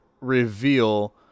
reveal